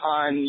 on